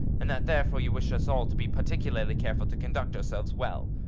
and that therefore you wish us all to be particularly careful to conduct ourselves well,